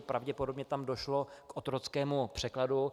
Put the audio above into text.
Pravděpodobně tam došlo k otrockému překladu.